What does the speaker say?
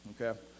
okay